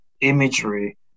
imagery